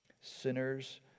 sinners